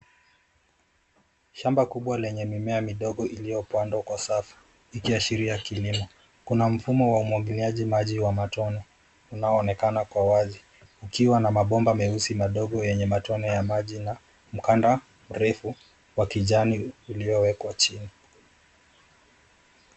Shamba kubwa lenye mimea midogo iliyopandwa kwa sasa ikiashiria kilimo. Kuna mfumo wa umwagiliaji maji wa matone, unaoonekana kwa wazi, ukiwa na mabomba meusi madogo yenye matone ya maji na mkanda mrefu wa kijani uliowekwa chini.